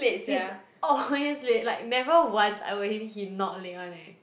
he's always late like never once I work with him he not late [one] eh